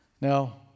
Now